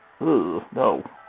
no